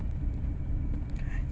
kan dia bilang kan tadi ya